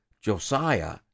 Josiah